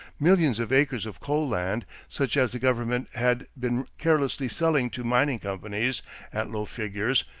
millions of acres of coal land, such as the government had been carelessly selling to mining companies at low figures,